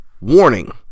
Warning